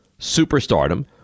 superstardom